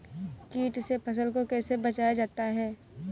कीट से फसल को कैसे बचाया जाता हैं?